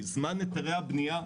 בסופו של דבר בכל המבצעים,